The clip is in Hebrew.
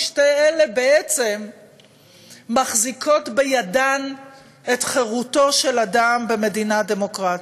כי שתי אלה בעצם מחזיקות בידן את חירותו של אדם במדינה דמוקרטית.